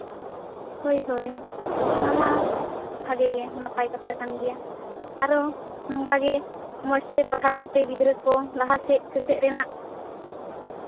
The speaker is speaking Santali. ᱦᱳᱭ ᱦᱳᱭ ᱚᱱᱟᱢᱟ ᱵᱷᱟᱜᱮ ᱜᱮ ᱱᱟᱯᱟᱭ ᱠᱟᱛᱷᱟ ᱠᱟᱱ ᱜᱮᱭᱟ ᱟᱨᱚ ᱚᱱᱠᱟᱜᱮ ᱢᱚᱸᱡᱽ ᱛᱮ ᱯᱟᱲᱦᱟᱣ ᱠᱚᱯᱮ ᱜᱤᱫᱽᱨᱟᱹ ᱠᱚ ᱞᱟᱦᱟ ᱥᱮᱡ ᱥᱮᱪᱮᱫ ᱨᱮᱱᱟᱜ